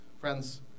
Friends